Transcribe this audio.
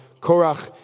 Korach